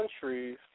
countries